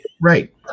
Right